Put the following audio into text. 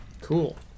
Cool